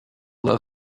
love